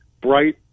bright